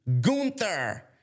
Gunther